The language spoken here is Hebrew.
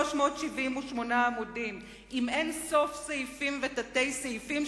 378 עמודים עם אין-סוף סעיפים ותת-סעיפים,